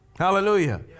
Hallelujah